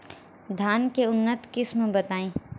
धान के उन्नत किस्म बताई?